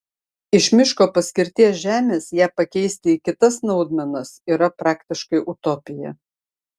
iš miško paskirties žemės ją pakeisti į kitas naudmenas yra praktiškai utopija